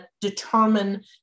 determine